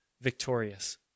victorious